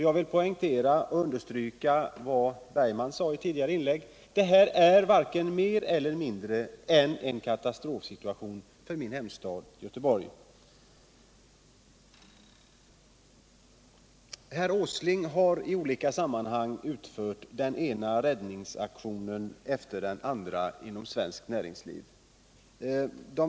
Jag vill understryka vad Per Bergman i ett tidigare inlägg sade, nämligen att det här är varken mer eller mindre än en katastrofsituation för hemstaden Göteborg. Herr Åsling har i olika sammanhang utfört den ena räddningsaktionen efter den andra inom svenskt näringsliv.